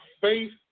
faith